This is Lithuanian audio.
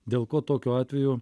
dėl ko tokiu atveju